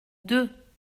deux